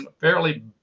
fairly